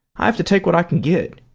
i have to take what i can get.